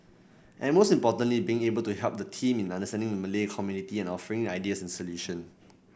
and most importantly being able to help the team in understanding the Malay community and offering ideas and solution